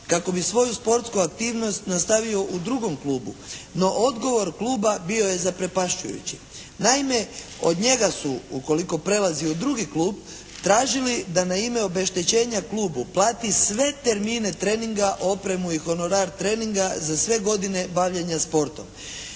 kako bi svoju sportsku aktivnost nastavio u drugom klubu. No, odgovor kluba bio je zaprepašćujući. Naime, od njega su ukoliko prelazi u drugi klub tražili da na ime obeštećenja klubu plati sve termine treninga, opremu i honorar treninga za sve godine bavljenja sportom.